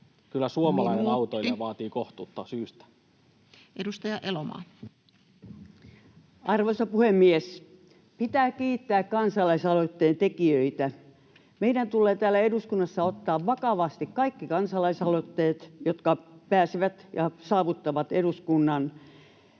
Kyllä suomalainen autoilija vaatii kohtuutta syystä. Edustaja Elomaa. Arvoisa puhemies! Pitää kiittää kansa-laisaloitteen tekijöitä. Meidän tulee täällä eduskunnassa ottaa vakavasti kaikki kansalaisaloitteet, jotka pääsevät ja saavuttavat eduskunnan,